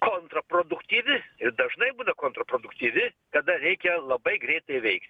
kontra produktyvi ir dažnai būna kontro produktyvi kada reikia labai greitai veikt